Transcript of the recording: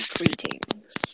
Greetings